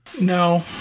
No